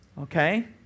Okay